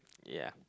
ya